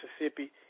Mississippi